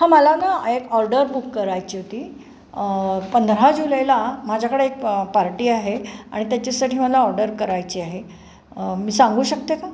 हां मला ना एक ऑर्डर बुक करायची होती पंधरा जुलैला माझ्याकडे एक पार्टी आहे आणि त्याच्यासाठी मला ऑर्डर करायची आहे मी सांगू शकते का